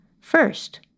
first